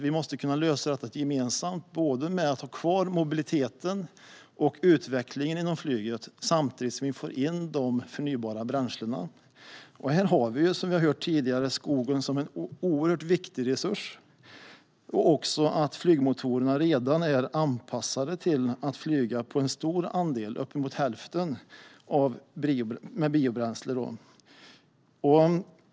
Vi måste kunna lösa detta gemensamt för att ha kvar mobiliteten och för utvecklingen inom flyget samtidigt som man kan införa förnybara bränslen. Som vi har hört tidigare är skogen en oerhört viktig resurs. Flygmotorerna är redan anpassade till att drivas till hälften med biobränsle.